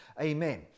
Amen